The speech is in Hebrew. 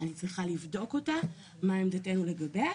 אני צריכה לבדוק מה עמדתנו לגביה,